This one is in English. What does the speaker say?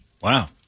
Wow